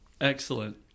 Excellent